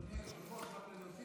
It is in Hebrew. אדוני היושב-ראש, רק להוסיף מילה.